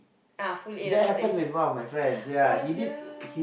ah full A-levels that we doing oh dear